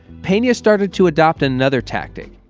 pena started to adopt another tactic.